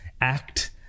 act